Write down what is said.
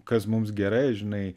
kas mums gerai žinai